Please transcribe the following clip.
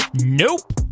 Nope